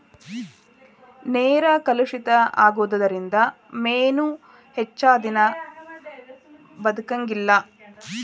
ನೇರ ಕಲುಷಿತ ಆಗುದರಿಂದ ಮೇನು ಹೆಚ್ಚದಿನಾ ಬದಕಂಗಿಲ್ಲಾ